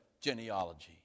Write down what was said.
genealogy